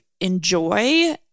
enjoy